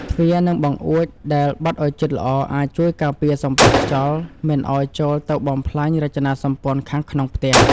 ទ្វារ និងបង្អួចដែលបិទឱ្យជិតល្អអាចជួយការពារសម្ពាធខ្យល់មិនឱ្យចូលទៅបំផ្លាញរចនាសម្ព័ន្ធខាងក្នុងផ្ទះ។